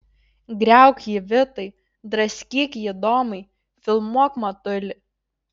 griauk jį vitai draskyk jį domai filmuok matuli